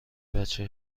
بچه